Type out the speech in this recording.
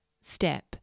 step